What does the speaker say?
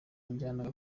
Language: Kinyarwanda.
njyana